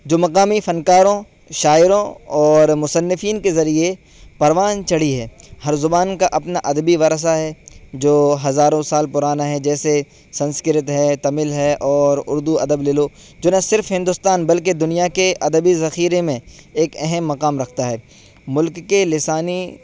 جو مقامی فنکاروں شاعروں اور مصنفین کے ذریعے پروان چڑھی ہے ہر زبان کا اپنا ادبی ورثہ ہے جو ہزاروں سال پرانا ہے جیسے سنسکرت ہے تمل ہے اور اردو ادب لے لو جو نہ صرف ہندوستان بلکہ دنیا کے ادبی ذخیرے میں ایک اہم مقام رکھتا ہے ملک کے لسانی